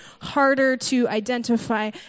harder-to-identify